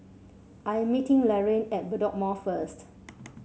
I am meeting Laraine at Bedok Mall first